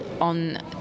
on